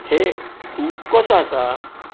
हे तूं कसो आसा